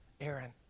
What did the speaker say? Aaron